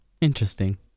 Interesting